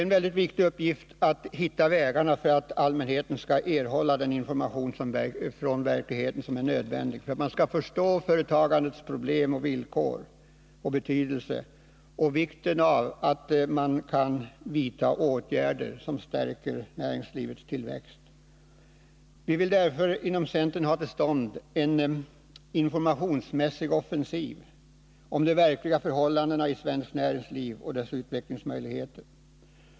En mycket viktig uppgift är att hitta vägar till allmänheten med den information som är nödvändig för att den skall förstå företagandets problem och villkor samt betydelsen och vikten av att man måste vidta åtgärder som stärker näringslivets tillväxt och utveckling. Vi vill därför inom centern få till stånd en informationsoffensiv om de verkliga förhållandena i svenskt näringsliv och om dess utvecklingsmöjligheter.